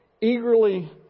eagerly